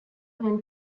when